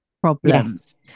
problems